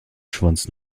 schwanz